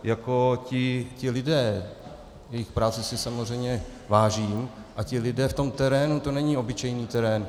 Jako ti lidé, jejich práce si samozřejmě vážím, a ti lidé v tom terénu, to není obyčejný terén.